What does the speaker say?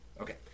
Okay